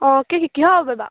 অঁ কি